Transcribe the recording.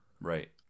right